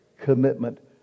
commitment